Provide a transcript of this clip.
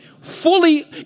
fully